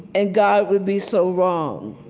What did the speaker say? and god would be so wrong.